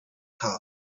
top